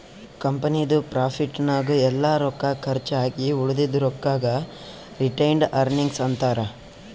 ಕಂಪನಿದು ಪ್ರಾಫಿಟ್ ನಾಗ್ ಎಲ್ಲಾ ರೊಕ್ಕಾ ಕರ್ಚ್ ಆಗಿ ಉಳದಿದು ರೊಕ್ಕಾಗ ರಿಟೈನ್ಡ್ ಅರ್ನಿಂಗ್ಸ್ ಅಂತಾರ